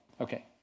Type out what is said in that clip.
Okay